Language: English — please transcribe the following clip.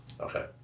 Okay